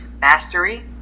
Mastery